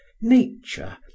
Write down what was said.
Nature